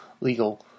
legal